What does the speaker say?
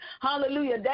Hallelujah